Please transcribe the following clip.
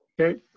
Okay